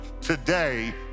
today